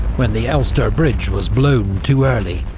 when the elster bridge was blown too early,